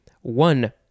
one